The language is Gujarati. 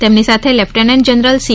તેમની સાથે લેફ્ટેનેન્ટ જનરલ સી